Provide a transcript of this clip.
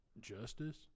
justice